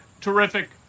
Terrific